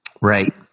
Right